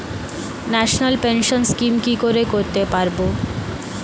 National pension scheme কি করে করতে পারব?